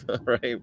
right